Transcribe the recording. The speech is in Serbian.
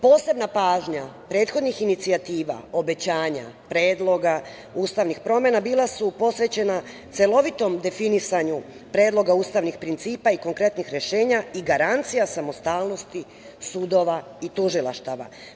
Posebna pažnja prethodnih inicijativa, obećanja, predloga ustavnih promena bila su posvećena celovitom definisanju Predloga ustavnih principa i konkretnih rešenja i garancija samostalnosti sudova i tužilaštava.